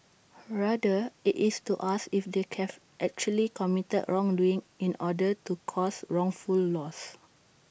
rather IT is to ask if they actually committed wrongdoing in order to cause wrongful loss